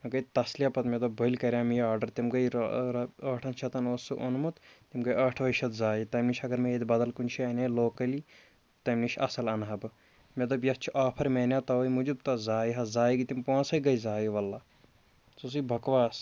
مےٚ گٔے تَسلِیا پَتہٕ مےٚ دوٚپ بٔلۍ کَرے مےٚ یہِ آڈَر تِم گٔے را را ٲٹھَن شَتن اوس سُہ اوٚنمُت تِم گٔے ٲٹھوَے شَتھ ضایع تمہِ نِش اَگر مےٚ ییٚتہِ بَدل کُنۍ جایہِ اَنے لوکَلی تمہِ نِش اَصٕل اَنہٕ ہا بہٕ مےٚ دوٚپ یَتھ چھُ آفَر مےٚ انیے تَوَے موٗجوٗب تَہ حظ ضایع حظ ضایع تِم پونٛسَے گٔے ضایع وَاللہ سُہ اوسُے بَکواس